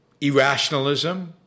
irrationalism